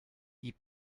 die